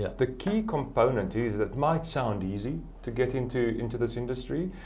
the key component is that might sound easy to get into into this industry,